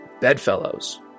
Bedfellows